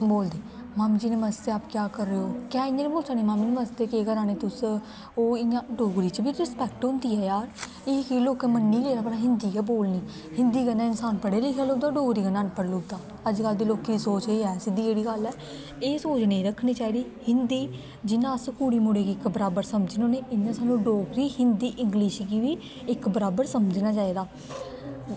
बोलदे मामू जी नमस्ते आप क्या कर रहे हो क्या इ'यां नि बोली सकने मामू जी नमस्ते केह् करा ने तुस ओह् इ'यां डोगरी च बी रिस्पैक्ट होंदी ऐ जार एह् केह् लोकें मन्नी गै लेदा भला हिन्दी गै बोलनी हिन्दी कन्नै इंसान पढ़ेआ लिखेआ लब्भदा डोगरी कन्नै अनपढ़ लब्भदा अजकल्ल दे लोकें दी सोच समझ एह् ऐ सिद्धी गेदी गल्ल ऐ एह् सोच नेईं रक्खनी चाहिदी हिन्दी जियां अस कुड़ी मुड़े गी इक बराबर समझने होन्ने इ'यां सानूं डोगरी हिन्दी इंग्लिश गी बी इक बराबर समझना चाहिदा